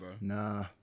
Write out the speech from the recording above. nah